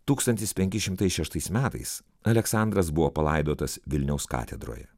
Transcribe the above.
tūkstantis penki šimtai šeštais metais aleksandras buvo palaidotas vilniaus katedroje